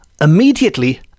immediately